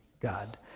God